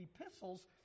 epistles